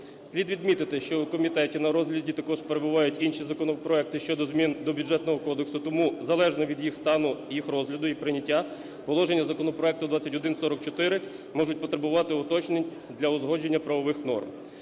Слід відмітити, що у комітеті на розгляді також перебувають інші законопроекти щодо змін до Бюджетного кодексу, тому залежно від їх стану, їх розгляду і прийняття положення законопроекту 2144 можуть потребувати уточнень для узгодження правових норм.